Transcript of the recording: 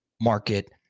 market